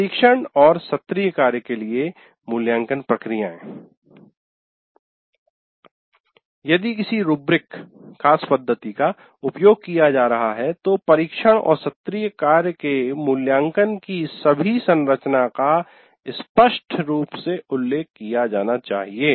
परीक्षण और सत्रीय कार्य के लिए मूल्यांकन प्रक्रियाएं यदि किसी रूब्रिक खास पद्धति का उपयोग किया जा रहा है तो परीक्षण और सत्रीय कार्य के मूल्यांकन की सभी संरचना का स्पष्ट रूप से उल्लेख किया जाना चाहिए